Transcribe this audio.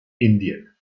indien